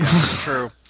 true